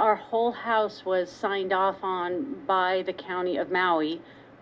our whole house was signed off on by the county of maui